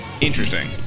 Interesting